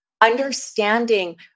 Understanding